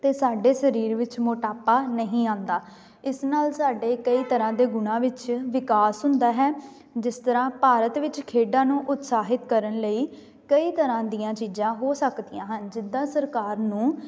ਅਤੇ ਸਾਡੇ ਸਰੀਰ ਵਿੱਚ ਮੋਟਾਪਾ ਨਹੀਂ ਆਉਂਦਾ ਇਸ ਨਾਲ ਸਾਡੇ ਕਈ ਤਰ੍ਹਾਂ ਦੇ ਗੁਣਾਂ ਵਿੱਚ ਵਿਕਾਸ ਹੁੰਦਾ ਹੈ ਜਿਸ ਤਰ੍ਹਾਂ ਭਾਰਤ ਵਿੱਚ ਖੇਡਾਂ ਨੂੰ ਉਤਸ਼ਾਹਿਤ ਕਰਨ ਲਈ ਕਈ ਤਰ੍ਹਾਂ ਦੀਆਂ ਚੀਜ਼ਾਂ ਹੋ ਸਕਦੀਆਂ ਹਨ ਜਿੱਦਾਂ ਸਰਕਾਰ ਨੂੰ